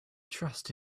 trust